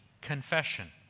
confession